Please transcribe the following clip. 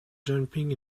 jumping